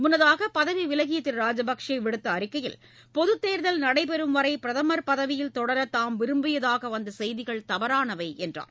முன்னதாக பதவி விலகிய திரு ராஜபக்சே விடுத்த அறிக்கையில் பொதுத்தேர்தல் நடைபெறும்வரை பிரதமர் பதவியில் தொடர தாம் விரும்பியதாக வந்த செய்திகள் தவறானவை என்று கூறினார்